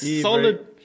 solid